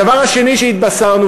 הדבר השני שהתבשרנו,